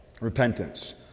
Repentance